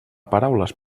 paraules